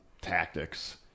tactics